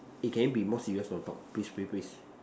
eh can you be more serious for the talk please please please